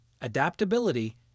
adaptability